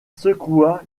secoua